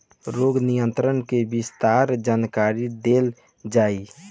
रोग नियंत्रण के विस्तार जानकरी देल जाई?